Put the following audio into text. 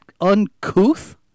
uncouth